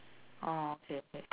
orh okay